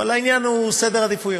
אבל העניין הוא סדר עדיפויות.